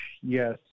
yes